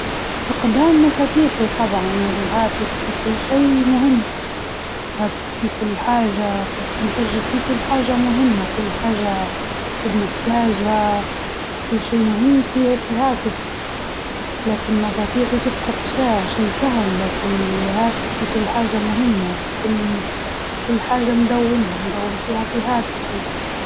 نفجد مفاتيحي، لإن التليفون صار كل حاجة، شغلي عليه، وإتصالي بالعالم كله فيه، المفتاح نجدر ندير مفتاح تاني بسهولة، بس التليفون لو راح كارثة.